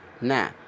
Now